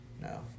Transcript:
No